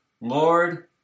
Lord